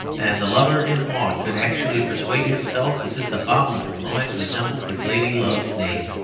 and the lover in maud could actually persuade himself that this abominable noise resembled his lady-love's name.